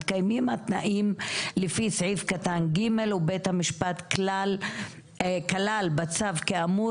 מתקיימים התנאים לפי סעיף קטן (ג) ובית המשפט כלל בצו כאמור